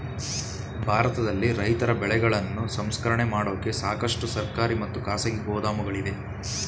ಭಾರತದಲ್ಲಿ ರೈತರ ಬೆಳೆಗಳನ್ನು ಸಂಸ್ಕರಣೆ ಮಾಡೋಕೆ ಸಾಕಷ್ಟು ಸರ್ಕಾರಿ ಮತ್ತು ಖಾಸಗಿ ಗೋದಾಮುಗಳಿವೆ